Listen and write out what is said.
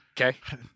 Okay